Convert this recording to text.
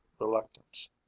reluctance